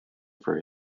for